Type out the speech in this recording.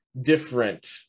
different